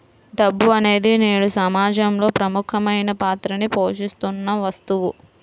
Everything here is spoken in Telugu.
డబ్బు అనేది నేడు సమాజంలో ప్రముఖమైన పాత్రని పోషిత్తున్న వస్తువు